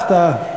הפתעה.